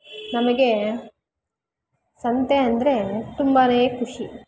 ನಮಗೆ ಸಂತೆ ಅಂದರೆ ತುಂಬಾ ಖುಷಿ